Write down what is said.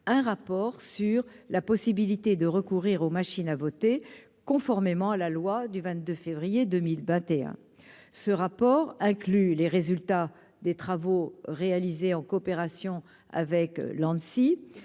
un rapport sur la possibilité de recourir aux machines à voter conformément à la loi du 22 février 2021, ce rapport inclut les résultats des travaux réalisés en coopération avec Lancy